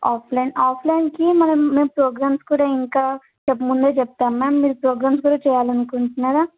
offline ఆఫ్లైన్కి మనం మేం ప్రోగ్రామ్స్ కూడా ఇంకా చె ముందే చెప్తాం మ్యామ్ మీరు ప్రోగ్రామ్స్ కూడా చెయ్యాలనుకుంటున్నారా